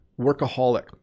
workaholic